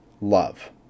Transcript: love